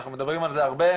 אנחנו מדברים על זה הרבה.